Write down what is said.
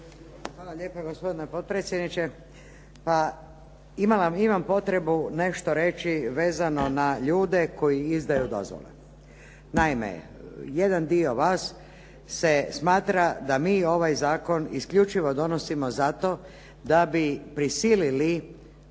Hvala lijepa gospodine potpredsjedniče, pa imam potrebu nešto reći vezano na ljude koji izdaju dozvole. Naime, jedan dio vas se smatra da mi ovaj zakon isključivo donosimo zato da bi prisilili